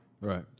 Right